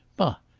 bah!